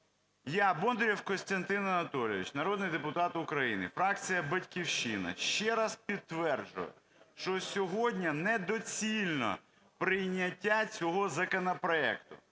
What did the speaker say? Я, Бондарєв Костянтин Анатолійович, народний депутата України, фракція "Батьківщина", ще раз підтверджую, що сьогодні недоцільно прийняття цього законопроекту.